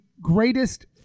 greatest